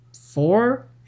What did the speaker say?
four